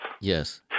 Yes